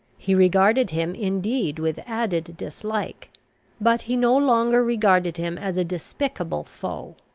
he regarded him, indeed, with added dislike but he no longer regarded him as a despicable foe.